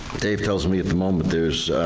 dave tells me at the moment there's